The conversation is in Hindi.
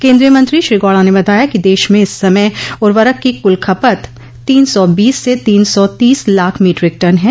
केन्द्रीय मंत्री श्री गौडा ने बताया कि देश में इस समय उर्वरक की कुल खपत तीन सौ बीस से तीन सौ तीस लाख मीट्रिक टन है